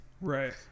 Right